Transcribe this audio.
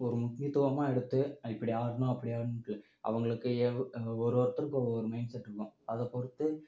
ஒரு முக்கியத்துவமாக எடுத்து இப்படி ஆடணும் அப்படி ஆடணுன்ட்டு அவங்களுக்கு எவ் அங்கே ஒவ்வொருத்தருக்கு ஒவ்வொரு மைண்ட் செட் இருக்கும் அதை பொறுத்து